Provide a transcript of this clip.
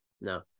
No